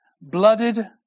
blooded